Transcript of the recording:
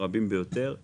יש